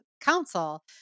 council